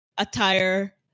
attire